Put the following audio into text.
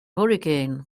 hurricane